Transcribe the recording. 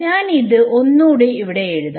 ഞാൻ ഇത് ഒന്നൂടെ ഇവിടെ എഴുതാം